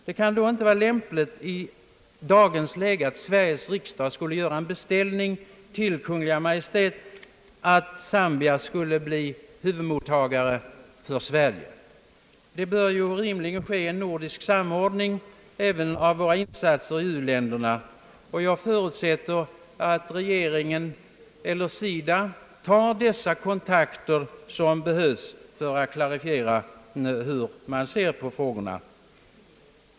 Det kan inte vara lämpligt i dagens läge att Sveriges riksdag gör en beställning till Kungl. Maj:t att Zambia skall bli huvudmottagare för Sverige. Det bör rimligen ske nordisk samordning även av våra insatser i u-länderna, och jag förutsätter att regeringen eller SIDA tar de kontakter som behövs för att klargöra hur man ser på frågorna.